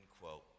quote